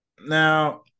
now